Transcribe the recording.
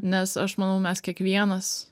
nes aš manau mes kiekvienas